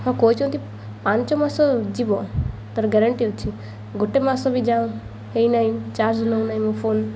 ହଁ କହୁଛନ୍ତି ପାଞ୍ଚ ମାସ ଯିବ ତା'ର ଗ୍ୟାରେଣ୍ଟି ଅଛି ଗୋଟେ ମାସ ବି ଯାଉଁ ହେଇନାହିଁ ଚାର୍ଜ ନେଉ ନାହିଁ ମୋ ଫୋନ